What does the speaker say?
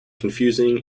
confusing